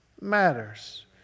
matters